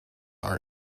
our